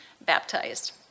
baptized